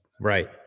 Right